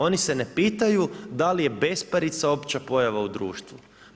Oni se ne pitaju dal je besparica opća pojava u društvu.